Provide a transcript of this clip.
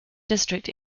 district